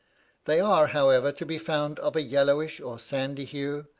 they are, however, to be found of a yellowish or sandy hue,